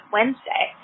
Wednesday